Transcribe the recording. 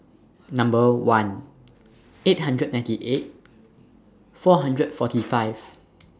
Number one eight hundred ninety eight four hundred forty five